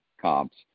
comps